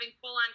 full-on